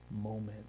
moment